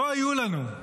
לא יהיו לנו,